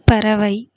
பறவை